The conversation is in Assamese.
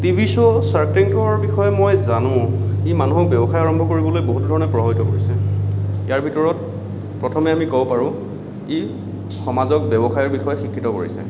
টিভি শ্ব' চাৰ্ক টেংকৰ বিষয়ে মই জানো ই মানুহক ব্যৱসায় কৰিবলৈ বহুত ধৰণে প্ৰভাৱিত কৰিছে ইয়াৰ ভিতৰত প্ৰথমে আমি ক'ব পাৰোঁ ই সমাজক ব্যৱসায়ৰ বিষয়ে শিক্ষিত কৰিছে